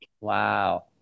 Wow